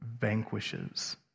vanquishes